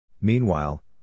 Meanwhile